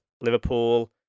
Liverpool